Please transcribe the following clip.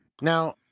Now